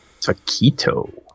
Taquito